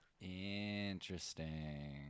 Interesting